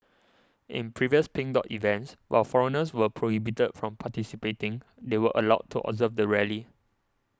in previous Pink Dot events while foreigners were prohibited from participating they were allowed to observe the rally